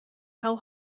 how